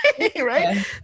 right